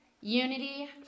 unity